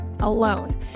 alone